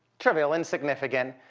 trivial. insignificant.